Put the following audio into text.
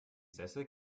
sessel